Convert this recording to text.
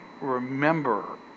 remember